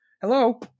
Hello